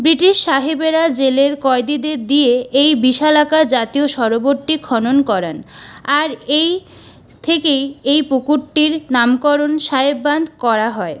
British সাহেবেরা জেলের কয়েদিদের দিয়ে এই বিশালাকার জাতীয় সরোবরটি খনন করান আর এই থেকেই এই পুকুরটির নামকরণ সাহেব বাঁধ করা হয়